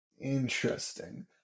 interesting